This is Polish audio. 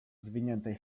zwiniętej